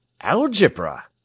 Algebra